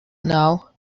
now